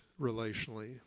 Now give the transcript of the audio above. relationally